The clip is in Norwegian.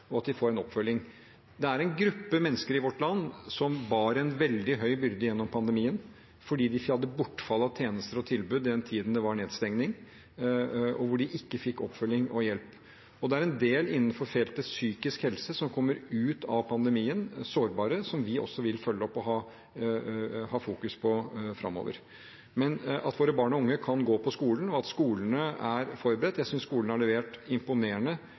veldig stor byrde gjennom pandemien fordi de hadde mistet tjenester og tilbud den tiden det var nedstengning og de ikke fikk oppfølging og hjelp. Det er også en del innenfor feltet psykisk helse som kommer sårbare ut av pandemien, som vi også vil følge opp og fokusere på framover. Når det gjelder at barn og unge skal kunne gå på skolen, og at skolene er forberedt: Jeg synes skolene har levert imponerende